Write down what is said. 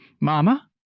Mama